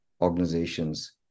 organizations